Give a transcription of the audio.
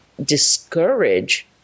discourage